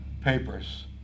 papers